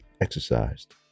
exercised